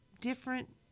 different